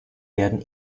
werden